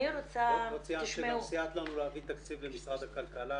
לא ציינת שגם סייעת לנו להביא תקציב למשרד הכלכלה,